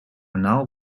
anaal